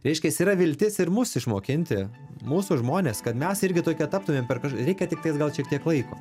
reiškias yra viltis ir mus išmokinti mūsų žmones kad mes irgi tokie taptumėm per kaž reikia tiktais gal šiek tiek laiko